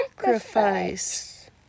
sacrifice